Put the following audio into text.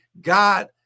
God